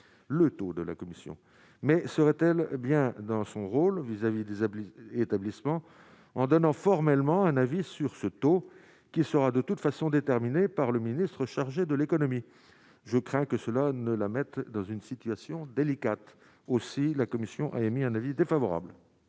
le taux de la commission, mais serait-elle bien dans son rôle vis-à-vis des établissement en donnant formellement un avis sur ce taux qui sera de toute façon déterminée par le ministre chargé de l'économie, je crains que cela ne la mettent dans une situation délicate aussi, la commission a émis un avis défavorable